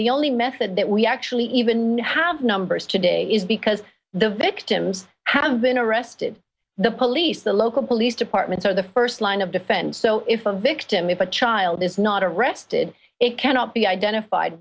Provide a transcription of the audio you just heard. the only method that we actually even have numbers today is because the victims have been arrested the police the local police departments are the first line of defense so if a victim if a child is not arrested it cannot be identified